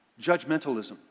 Judgmentalism